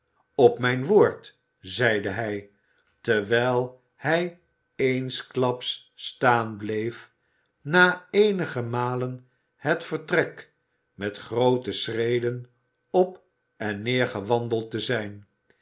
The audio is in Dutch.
op mijn woord zeide hij terwijl hij eensklaps staan bleef na eenige malen het vertrek met groote schreden op en neer gewandeld te zijn